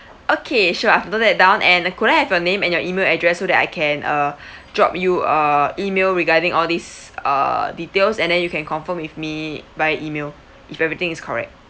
okay sure I've note that down and could I have your name and your email address so that I can uh drop you err email regarding all these err details and then you can confirm with me via email if everything is correct